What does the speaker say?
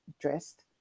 dressed